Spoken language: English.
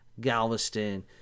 Galveston